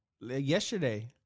yesterday